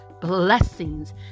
blessings